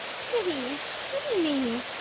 pity, pity me.